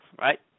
Right